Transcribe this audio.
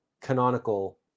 canonical